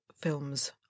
films